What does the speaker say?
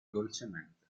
dolcemente